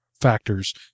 factors